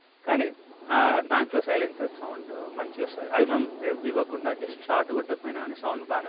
కానీ దాంట్లో silencer sound మంచిగా వస్తుంది అది మనం రేవ్ ఇవ్వకుండా జస్ట్ షార్ట్ కొట్టుకపోయినా కానీ సౌండ్ బాగానే వస్తుంది